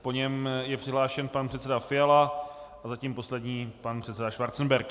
Po něm je přihlášen pan předseda Fiala a zatím poslední pan předseda Schwarzenberg.